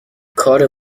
کار